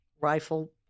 rifle